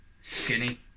skinny